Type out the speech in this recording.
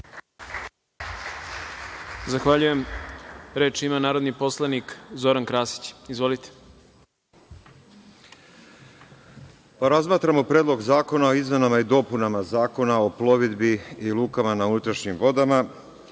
Zahvaljujem. Reč ima narodni poslanik Zoran Krasić. **Zoran Krasić** Razmatramo Predlog zakona o izmenama i dopunama Zakona o plovidbi i lukama na unutrašnjim vodama.